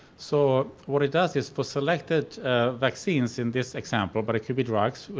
so what it does is for selected vaccines in this example but it could be drugs.